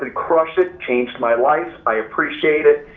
ah crush it! changed my life. i appreciate it.